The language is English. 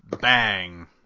Bang